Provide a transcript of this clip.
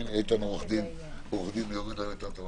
רק עוד מילה אחת על הנושא